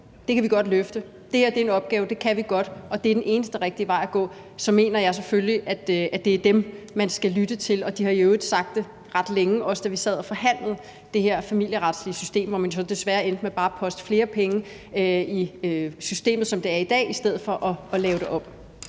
godt kan løfte, at det her er en opgave, man godt kan klare, og at det er den eneste rigtige vej at gå, så mener jeg selvfølgelig, at det er dem, vi skal lytte til. De har i øvrigt sagt det ret længe, også da vi sad og forhandlede det her familieretlige system, hvor man så desværre endte med bare at poste flere penge i systemet, som det er i dag, i stedet for at lave det om.